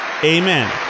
Amen